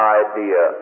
idea